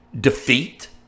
defeat